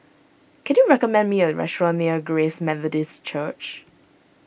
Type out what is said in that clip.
can you recommend me a restaurant near Grace Methodist Church